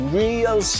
real